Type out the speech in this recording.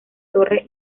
torre